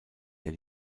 der